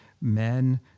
men